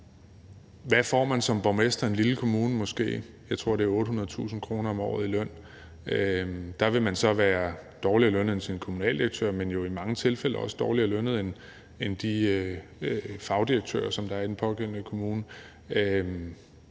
hvad får man som borgmester i en lille kommune? Man får måske 800.000 kr. om året, tror jeg, og man vil så være dårligere lønnet end sin kommunaldirektør, men jo i mange tilfælde også dårligere lønnet end de fagdirektører, som der er i den pågældende kommune.